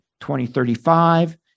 2035